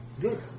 Good